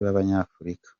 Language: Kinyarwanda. b’abanyafurika